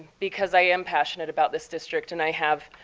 because i am passionate about this district and i have